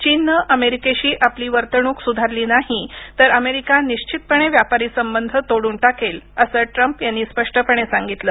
चीननं अमेरिकेशी आपली वर्तणूक सुधारली नाही तर अमेरिका निश्चितपणे व्यापारी संबंध तोडून टाकेल असं ट्रम्प यांनी स्पष्टपणे सांगितलं